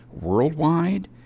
worldwide